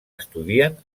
estudien